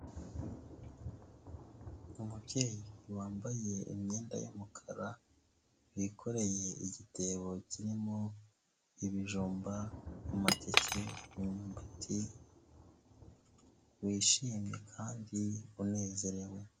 Umubyeyi wambaye imyenda y'umukara, wikoreye igitebo kirimo ibijumba, amateke, imyumbati ,wishimye kandi unezerewe.